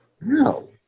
No